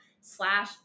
slash